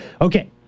Okay